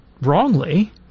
wrongly